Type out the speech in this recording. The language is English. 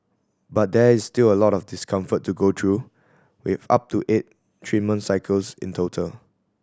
but there is still a lot of discomfort to go through with up to eight treatment cycles in total